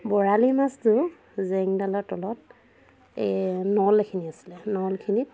বৰালি মাছটো জেং ডালৰ তলত এই নল এইখিনি আছিলে নলখিনিত